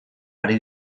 ari